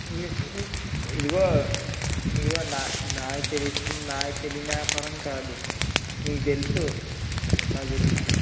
ఇ ఇ ఇదిగో ఇదిగో నా నాకు తెలిసిన నాకు తెలియని వ్యాపారం కాదు నీకు తెలుసు నా గురించి